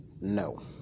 no